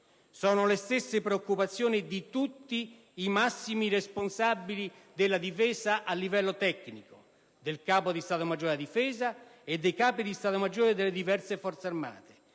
sono le stesse preoccupazioni di tutti i massimi responsabili della Difesa a livello tecnico, del Capo di Stato maggiore della Difesa e dei Capi di Stato maggiore delle diverse Forze armate,